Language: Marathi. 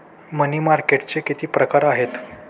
मनी मार्केटचे किती प्रकार आहेत?